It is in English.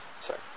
sorry